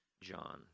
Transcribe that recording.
john